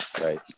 Right